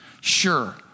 Sure